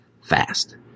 fast